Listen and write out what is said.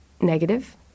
negative